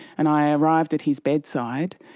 and i arrived at his bedside,